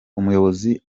umuyobozi